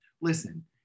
listen